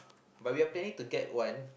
but we are planning to get one